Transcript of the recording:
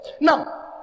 Now